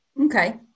Okay